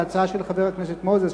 ההצעה של חבר הכנסת מוזס,